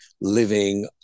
living